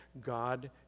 God